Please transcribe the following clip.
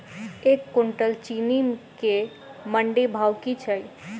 एक कुनटल चीनी केँ मंडी भाउ की छै?